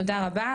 תודה רבה.